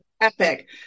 epic